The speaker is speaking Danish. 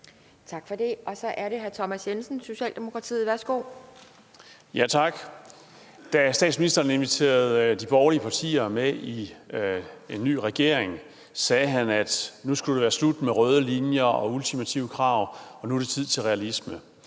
Tak for det. Så er det hr. Thomas Jensen, Socialdemokratiet. Værsgo. Kl. 15:35 Thomas Jensen (S): Tak. Da statsministeren inviterede de borgerlige partier med i en ny regering, sagde han, at nu skulle det være slut med røde linjer og ultimative krav, at nu var det tid til realisme.